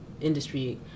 industry